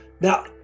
now